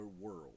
world